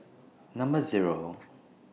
Number Zero